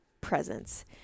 presence